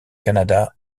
canada